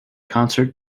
concert